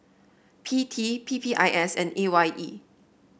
P T P P I S and A Y E